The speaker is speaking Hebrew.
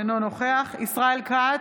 אינו נוכח ישראל כץ,